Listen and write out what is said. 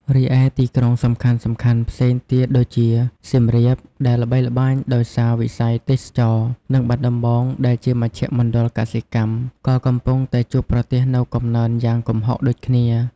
រីឯទីក្រុងសំខាន់ៗផ្សេងទៀតដូចជា សៀមរាប ដែលល្បីល្បាញដោយសារវិស័យទេសចរណ៍ និងបាត់ដំបង ដែលជាមជ្ឈមណ្ឌលកសិកម្ម ក៏កំពុងតែជួបប្រទះនូវកំណើនយ៉ាងគំហុកដូចគ្នា។